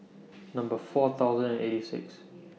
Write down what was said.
Number four thousand and eighty Sixth